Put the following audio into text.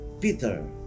Peter